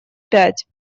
пять